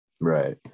Right